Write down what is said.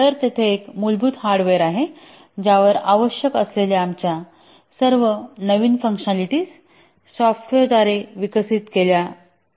तर तेथे एक मूलभूत हार्डवेअर आहे ज्यावर आवश्यक असलेल्या आमच्या सर्व नवीन फंकशनॅलिटीज सॉफ्टवेअरद्वारे विकसित केल्या आहेत